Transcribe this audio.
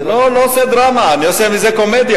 אני לא עושה דרמה, אני עושה מזה קומדיה.